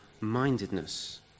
mindedness